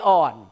on